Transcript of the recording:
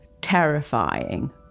terrifying